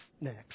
next